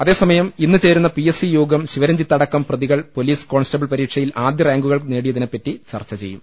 അതേസമയം ഇന്ന് ചേരുന്ന പി എസ് സി യോഗം ശിവരഞ്ജിത്ത് അടക്കം പ്രതികൾ പൊലീസ് കോൺസ്റ്റ് ബിൾ പരീക്ഷ യിൽ ആദ്യ റാങ്കുകൾ നേടിയതിനെപ്പറ്റി ചർച്ച ചെയ്യും